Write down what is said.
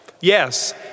Yes